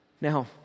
Now